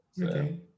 okay